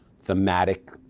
thematic